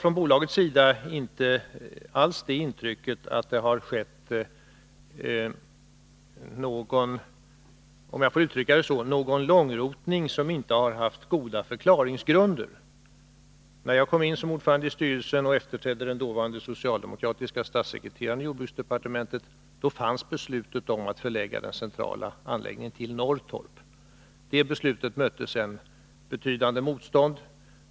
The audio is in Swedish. Från bolagets sida har vi inte alls något intryck av att det har skett någon — om jag får uttrycka det så —-långrotning som inte har haft goda förklaringsgrunder. När jag kom in som ordförande i styrelsen och efterträdde den dåvarande socialdemokratiske statssekreteraren i jordbruksdepartementet, fanns beslutet om att förlägga den centrala anläggningen till Norrtorp. Beslutet mötte sedan betydande motstånd.